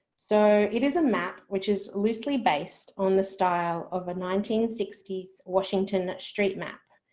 so it is a map which is loosely based on the style of a nineteen sixty s washington street map,